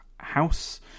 house